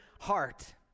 heart